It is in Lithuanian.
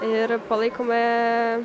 ir palaikome